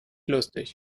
lustig